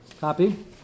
copy